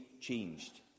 changed